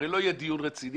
הרי זה לא יהיה דיון רציני.